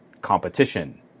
competition